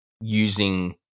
using-